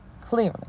clearly